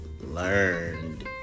learned